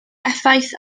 effaith